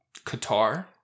Qatar